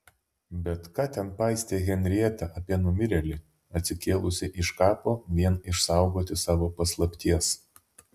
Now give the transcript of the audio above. bet ką ten paistė henrieta apie numirėlį atsikėlusį iš kapo vien išsaugoti savo paslapties